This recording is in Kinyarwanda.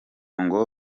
ngo